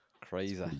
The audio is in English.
Crazy